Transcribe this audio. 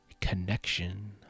connection